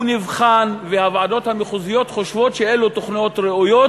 הוא נבחן והוועדות המחוזיות חושבות שאלו תוכניות ראויות